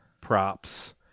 props